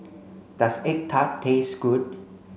does egg tart taste good